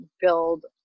build